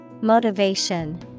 Motivation